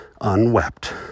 unwept